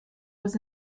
was